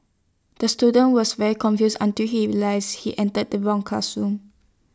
the student was very confused until he realised he entered the wrong classroom